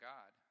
God